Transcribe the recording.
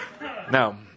Now